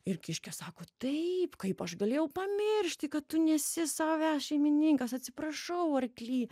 ir kiškė sako taip kaip aš galėjau pamiršti kad tu nesi savęs šeimininkas atsiprašau arkly